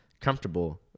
comfortable